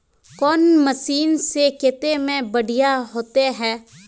कौन मशीन से कते में बढ़िया होते है?